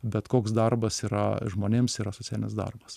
bet koks darbas yra žmonėms yra socialinis darbas